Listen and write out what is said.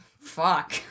fuck